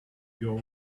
your